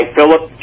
Philip